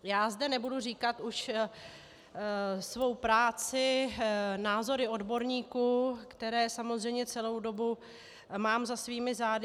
Já zde už nebudu říkat svou práci, názory odborníků, které samozřejmě celou dobu mám za svými zády.